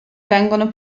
vengono